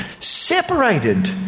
Separated